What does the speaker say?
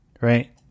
right